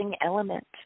element